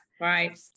Right